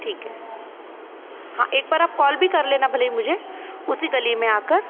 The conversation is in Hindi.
ठीक है हाँ एक बार आप कॉल भी कर लेना भले ही मुझे उसी गली में आकर